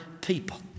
people